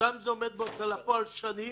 סתם זה עומד בהוצאה לפועל שנים